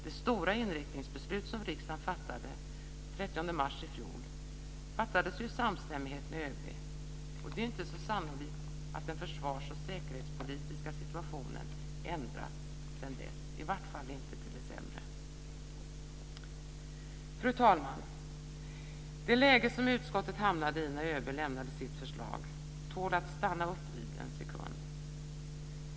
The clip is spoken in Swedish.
Det stora inriktningsbeslut som riksdagen fattade den 30 mars i fjol fattades ju i samstämmighet med ÖB, och det är inte så sannolikt att den försvarsoch säkerhetspolitiska situationen ändrats sedan dess, i varje fall inte till det sämre. Fru talman! Det läge som utskottet hamnade i när ÖB lämnade sitt förslag tål att stanna upp vid en sekund.